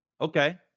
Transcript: Okay